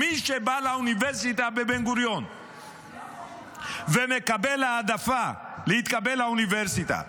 מי שבא לאוניברסיטה בבן-גוריון ומקבל העדפה להתקבל לאוניברסיטה,